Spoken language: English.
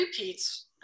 repeats